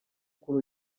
kuri